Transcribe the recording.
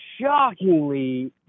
shockingly